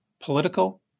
political